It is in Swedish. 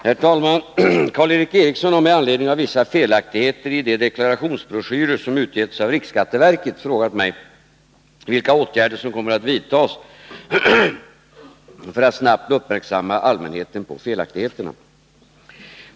Herr talman! Karl Erik Eriksson har med anledning av vissa felaktigheter i de deklarationsbroschyrer som getts ut av riksskatteverket frågat mig vilka åtgärder som kommer att vidtas för att snabbt göra allmänheten uppmärksam på felaktigheterna.